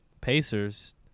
Pacers